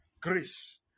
Grace